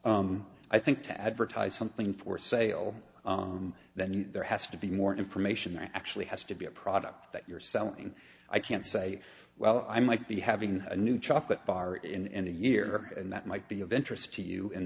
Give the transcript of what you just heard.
no i think to advertise something for sale then there has to be more information that actually has to be a product that you're selling i can't say well i might be having a new chocolate bar in any year and that might be of interest to you and